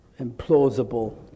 implausible